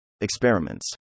Experiments